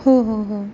हो हो हो